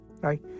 right